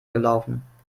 gelaufen